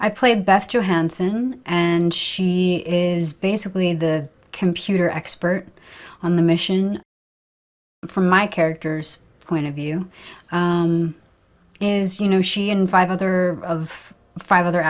i play best johansen and she is basically the computer expert on the mission from my character's point of view is you know she and five other of five other